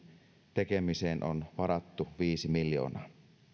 tekemiseen on varattu viisi miljoonaa